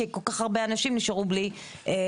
כי כל כך הרבה אנשים נשארו בלי פרנסה.